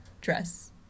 dress